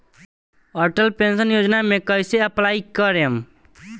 Atal pension योजना मे कैसे अप्लाई करेम?